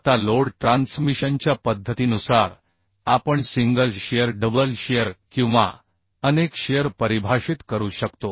आता लोड ट्रान्समिशनच्या पद्धतीनुसार आपण सिंगल शिअर डबल शिअर किंवा अनेक शिअर परिभाषित करू शकतो